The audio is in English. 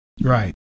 Right